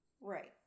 Right